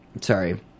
sorry